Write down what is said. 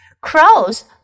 Crows